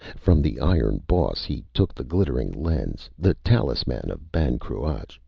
from the iron boss he took the glittering lens, the talisman of ban cruach.